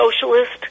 socialist